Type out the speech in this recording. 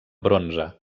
bronze